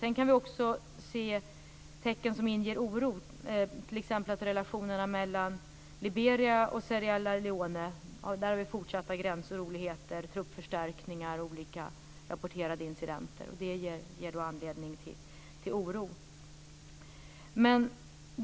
Sedan kan vi också se tecken som inger oro, t.ex. relationerna mellan Liberia och Sierra Leone, där det rapporteras om fortsatta gränsoroligheter, gruppförstärkningar och olika incidenter.